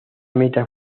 meta